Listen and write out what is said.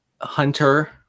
Hunter